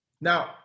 Now